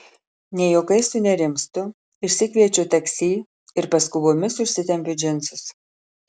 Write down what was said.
ne juokais sunerimstu išsikviečiu taksi ir paskubomis užsitempiu džinsus